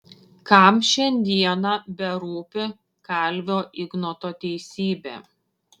kam šiandieną berūpi kalvio ignoto teisybė